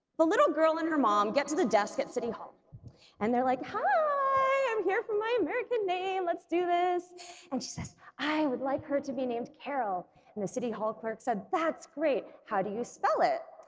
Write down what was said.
the little girl and her mom get to the desk at city hall and they're like hi i'm here for my american name let's do this and she says i would like her to be named carol in and the city hall clerk said that's great, how do you spell it?